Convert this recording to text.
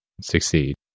succeed